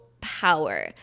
power